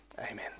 Amen